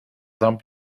some